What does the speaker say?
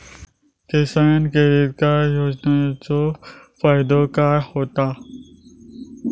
किसान credit card योजनेचो फायदो काय होता?